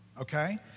Okay